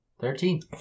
Thirteen